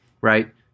right